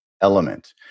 Element